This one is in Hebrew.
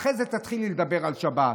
אחר כך תתחילי לדבר על שבת.